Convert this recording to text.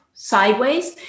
sideways